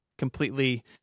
Completely